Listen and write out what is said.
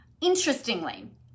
Interestingly